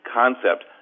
concept